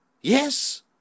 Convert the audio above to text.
Yes